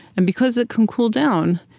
and because it can cool down,